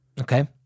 Okay